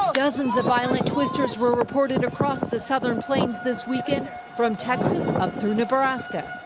dozens of violent twisters were reported across the southern plains this weekend from texas up through nebraska.